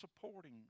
supporting